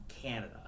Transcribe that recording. Canada